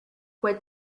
what